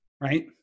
right